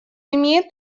имеет